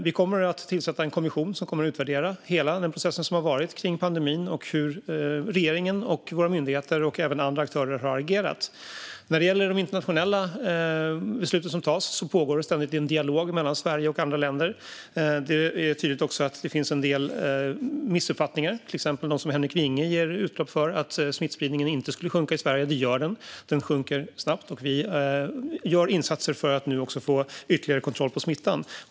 Vi kommer att tillsätta en kommission som kommer att utvärdera hela den process som har varit kring pandemin och hur regeringen, våra myndigheter och även andra aktörer har agerat. När det gäller de internationella beslut som tas pågår det ständigt en dialog mellan Sverige och andra länder. Det är tydligt att det finns en del missuppfattningar, till exempel den som Henrik Vinge ger uttryck för om att smittspridningen inte skulle sjunka i Sverige. Det gör den. Den sjunker snabbt. Vi gör nu också insatser för att få ytterligare kontroll på smittan.